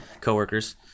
coworkers